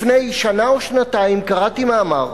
לפני שנה או שנתיים קראתי מאמר,